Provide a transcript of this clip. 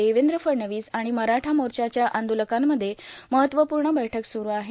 देवेंद्र फडणवीस आणि मराठा मोर्च्याच्या आंदोलकांमध्ये महत्वपूर्ण बैठक सुरू आहे